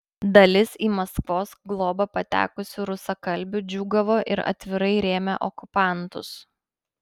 dalis į maskvos globą patekusių rusakalbių džiūgavo ir atvirai rėmė okupantus